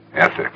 ethic